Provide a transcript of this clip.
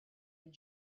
and